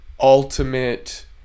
ultimate